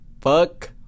fuck